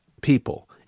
people